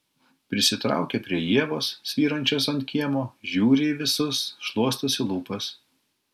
prisitraukia prie ievos svyrančios ant kiemo žiūri į visus šluostosi lūpas